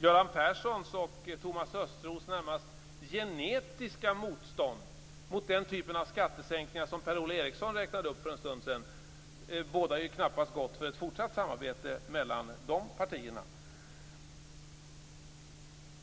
Göran Perssons och Thomas Östros närmast genetiska motstånd mot den typen av skattesänkningar som Per-Ola Eriksson räknade upp för en stund sedan bådar ju knappast gott för ett fortsatt samarbete mellan dessa partier.